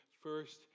first